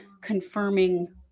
confirming